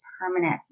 permanent